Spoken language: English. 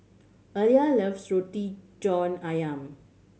Aleah loves Roti John Ayam